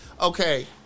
Okay